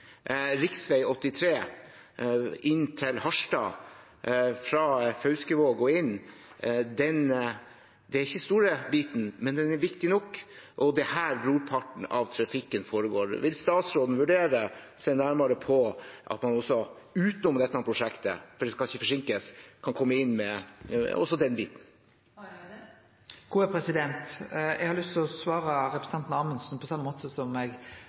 83 inn til Harstad fra Fauskevåg. Det er ikke store biten, men den er viktig nok, og det er her brorparten av trafikken foregår. Vil statsråden vurdere å se nærmere på om man – også utenom dette prosjektet, for det skal ikke forsinkes – kan komme inn med også den biten? Eg har lyst til å svare representanten Amundsen på same måte som